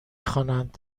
خوانند